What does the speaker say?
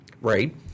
right